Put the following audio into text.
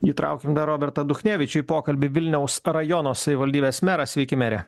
įtraukim dar robertą duchnevičių į pokalbį vilniaus rajono savivaldybės meras sveiki mere